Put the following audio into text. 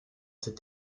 cet